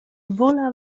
wola